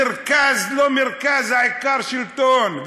מרכז, לא מרכז, העיקר שלטון.